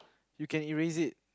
you can erase it